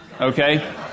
okay